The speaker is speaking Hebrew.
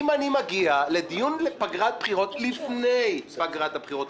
אם אני מגיע לדיון על פגרת בחירות לפני פגרת הבחירות,